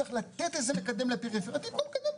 צריך לתת ולקדם את הפריפריה,